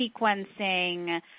sequencing